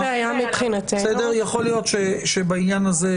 יכול להיות שבעניין הזה,